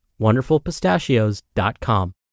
wonderfulpistachios.com